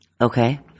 Okay